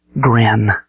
grin